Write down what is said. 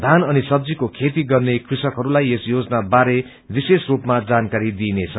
धान अनि सब्जीको चोती गर्ने कृषकहरूलाई यस योजना बारे विशेष रूपामा जानकारी दिइनेछ